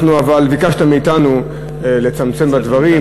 ביקשת מאתנו לצמצם בדברים,